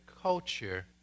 culture